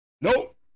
Nope